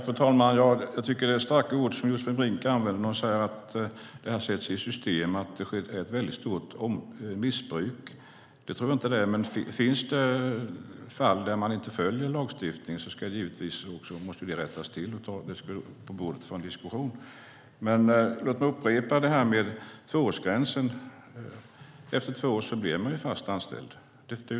Fru talman! Jag tycker att det är starka ord som Josefin Brink använder när hon säger att det här sätts i system och att det är ett stort missbruk. Det tror jag inte att det är, men finns det fall där man inte följer lagstiftningen ska det givetvis rättas till och tas upp på bordet för en diskussion. Låt mig upprepa det här med tvåårsgränsen. Efter två år blir man fast anställd.